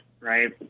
Right